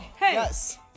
yes